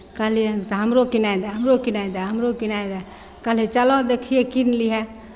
कहलियै तऽ हमरो किनाय दए हमरो किनाय दए हमरो किनाय दए कहलियै चलह देखियै कीन लिहेँ